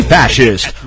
fascist